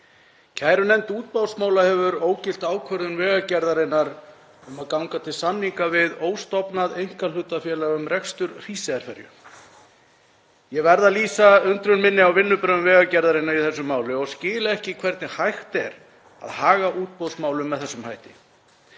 Kærunefnd útboðsmála hefur ógilt ákvörðun Vegagerðarinnar um að ganga til samninga við óstofnað einkahlutafélag um rekstur Hríseyjarferju. Ég verð að lýsa undrun minni á vinnubrögðum Vegagerðarinnar í þessu máli og skil ekki hvernig hægt er að haga útboðsmálum með þessum hætti.